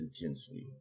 intensely